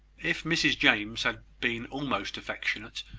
if mrs james had been almost affectionate,